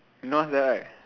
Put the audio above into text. you know what's that right